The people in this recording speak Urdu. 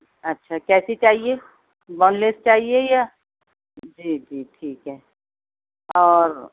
اچھا کیسی چاہیے بون لیس چاہیے یا جی جی ٹھیک ہے اور